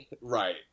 right